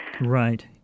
Right